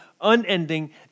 unending